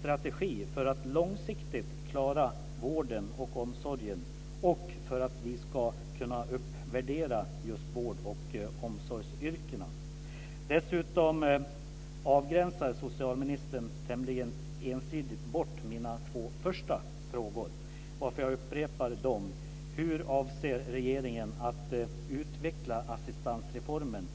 strategi för att långsiktigt klara vården och omsorgen och uppvärdera vårdoch omsorgsyrkena? Dessutom avgränsar socialministern tämligen ensidigt bort mina två första frågor, varför jag upprepar dem: Hur avser regeringen att utveckla assistansreformen?